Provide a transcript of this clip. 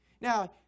Now